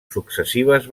successives